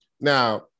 Now